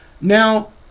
Now